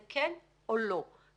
זה כן או לא.